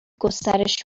گسترش